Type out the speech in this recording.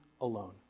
alone